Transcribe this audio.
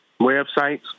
websites